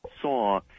saw